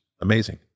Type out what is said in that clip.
amazing